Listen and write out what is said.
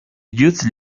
youth